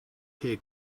here